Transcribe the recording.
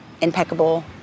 impeccable